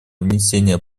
внесение